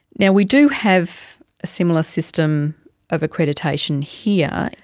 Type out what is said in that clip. yeah we do have a similar system of accreditation here,